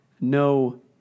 no